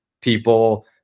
people